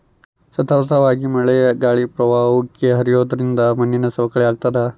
ಸತತವಾಗಿ ಮಳೆ ಗಾಳಿ ಪ್ರವಾಹ ಉಕ್ಕಿ ಹರಿಯೋದ್ರಿಂದ ಮಣ್ಣಿನ ಸವಕಳಿ ಆಗ್ತಾದ